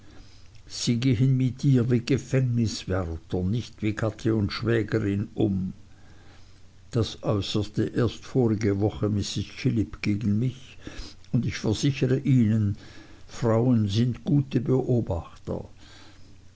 sie gehen mit ihr wie gefängniswärter nicht wie gatte und schwägerin um das äußerte erst vorige woche mrs chillip gegen mich und ich versichere ihnen sir frauen sind gute beobachter